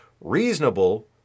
Reasonable